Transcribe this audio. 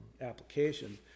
application